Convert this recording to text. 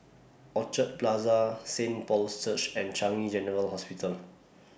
Orchard Plaza Saint Paul's Church and Changi General Hospital